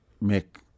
make